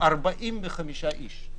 45 איש,